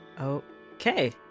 Okay